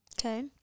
Okay